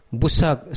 busak